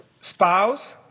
spouse